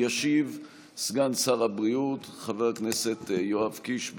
ישיב סגן שר הבריאות חבר הכנסת יואב קיש.